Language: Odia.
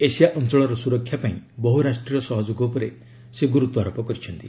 ଏସିଆ ଅଞ୍ଚଳର ସୁରକ୍ଷା ପାଇଁ ବହୁ ରାଷ୍ଟ୍ରୀୟ ସହଯୋଗ ଉପରେ ସେ ଗୁରୁତ୍ୱାରୋପ କରିଛନ୍ତି